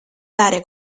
dare